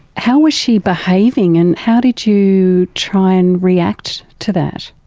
how was she behaving and how did you try and react to that?